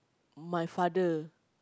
my father